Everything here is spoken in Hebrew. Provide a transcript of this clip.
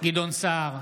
גדעון סער,